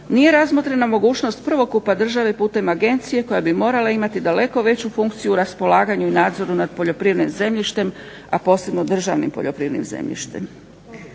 Nije razmotrena mogućnost prvokupa države putem agencije koja bi morala imati daleko veću funkciju u raspolaganju i nadzoru nad poljoprivrednim zemljištem, a posebno državnim poljoprivrednim zemljištem.